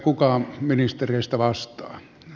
kuka ministereistä vastaa